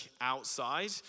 outside